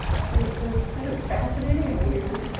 it was it was kind of fascinating, and weird,